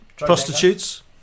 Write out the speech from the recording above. prostitutes